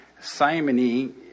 Simony